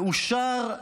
והוא אושר,